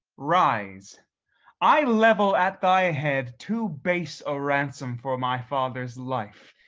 rise i level at thy head, too base a ransom for my father's life.